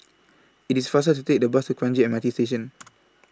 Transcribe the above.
IT IS faster to Take The Bus to Kranji M R T Station